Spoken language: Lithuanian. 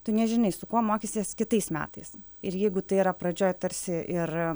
tu nežinai su kuo mokysies kitais metais ir jeigu tai yra pradžioj tarsi ir